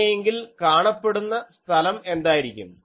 അങ്ങനെയെങ്കിൽ കാണപ്പെടുന്ന സ്ഥലം എന്തായിരിക്കും